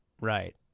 right